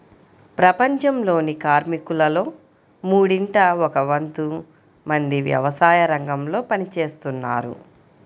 ప్రపంచంలోని కార్మికులలో మూడింట ఒక వంతు మంది వ్యవసాయరంగంలో పని చేస్తున్నారు